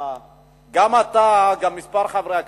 גם אתה, גם כמה חברי הכנסת,